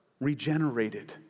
regenerated